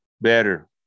better